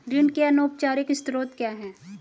ऋण के अनौपचारिक स्रोत क्या हैं?